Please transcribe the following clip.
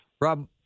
Rob